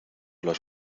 las